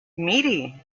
miri